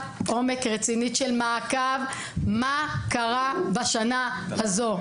עומק רצינית של מעקב: מה קרה בשנה הזו.